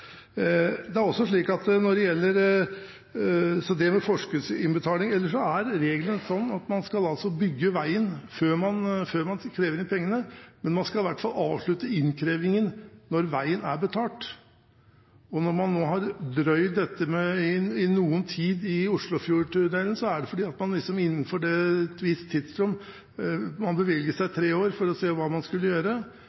er at man skal bygge veien, før man krever inn pengene. Men man skal i hvert fall avslutte innkrevingen når veien er betalt. Og når man har drøyd dette i noe tid i forbindelse med Oslofjordtunellen, er det fordi man innenfor et visst tidsrom – man bevilget seg